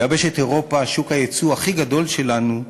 יבשת אירופה, שוק היצוא הכי גדול שלנו,